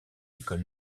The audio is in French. école